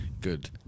Good